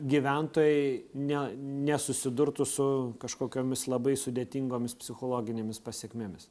gyventojai ne nesusidurtų su kažkokiomis labai sudėtingomis psichologinėmis pasekmėmis